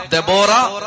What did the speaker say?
Deborah